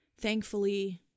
thankfully